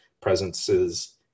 presences